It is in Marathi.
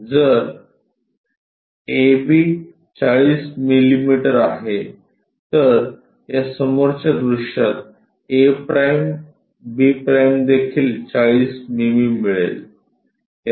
तर जर AB 40 मिमी आहे तर या समोरच्या दृश्यात a'b' देखील 40 मिमी मिळेल